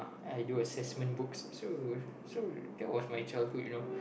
I do assessment books so so that was my childhood you know